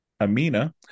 Amina